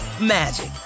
magic